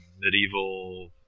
medieval